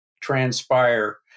transpire